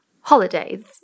holidays